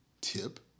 tip